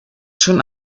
schon